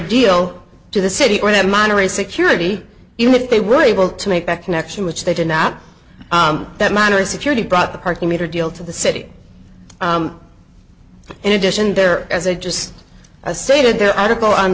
deal to the city or the monterey security even if they were able to make that connection which they did not that minor security brought the parking meter deal to the city in addition there as i just say to their article on